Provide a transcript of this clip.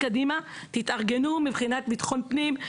תתארגנו מבחינת ביטחון פנים,